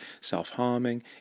self-harming